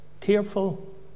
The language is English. tearful